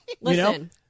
Listen